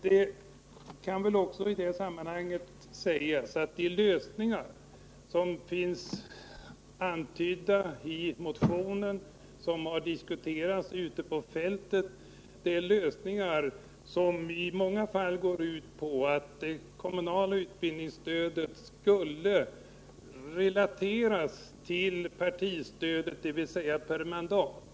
Det kan väl också sägas att de lösningar som finns antydda i motionen och som har diskuterats ute på fältet i många fall går ut på att det kommunala utbildningsstödet skall relateras till partistödet, dvs. utgå per mandat.